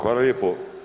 Hvala lijepo.